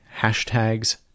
hashtags